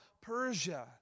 Persia